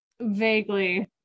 Vaguely